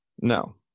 No